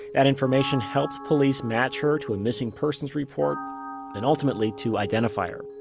that information helped police match her to a missing persons report and ultimately to identify her